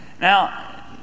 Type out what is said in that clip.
Now